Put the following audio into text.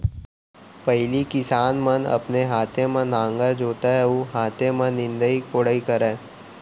पहिली किसान मन अपने हाथे म नांगर जोतय अउ हाथे म निंदई कोड़ई करय